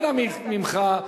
אנא ממך,